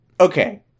Okay